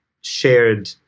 shared